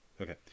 Okay